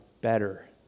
better